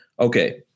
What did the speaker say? Okay